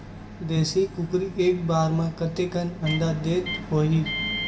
देशी कुकरी एक बार म कतेकन अंडा देत होही?